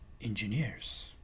engineers